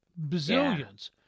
Bazillions